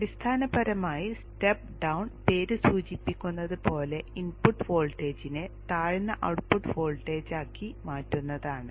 അടിസ്ഥാനപരമായി step down പേര് സൂചിപ്പിക്കുന്നത് പോലെ ഇൻപുട്ട് വോൾട്ടേജിനെ താഴ്ന്ന ഔട്ട്പുട്ട് വോൾട്ടേജാക്കി മാറ്റുന്നതാണ്